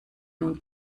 nun